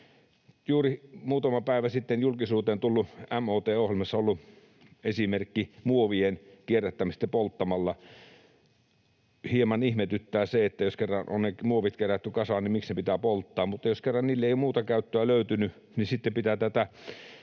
muutama päivä sitten julkisuuteen tulleessa MOT-ohjelmassa oleva esimerkki muovien kierrättämisestä polttamalla hieman ihmetyttää. Jos kerran on ne muovit kerätty kasaan, niin miksi ne pitää polttaa? Mutta jos kerran niille ei muuta käyttöä löytynyt, niin sitten pitää tätä